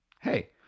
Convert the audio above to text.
Hey